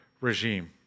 regime